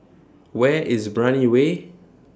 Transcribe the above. Where IS Brani Way